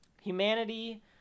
Humanity